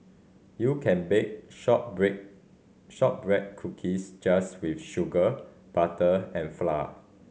you can bake shortbread shortbread cookies just with sugar butter and flour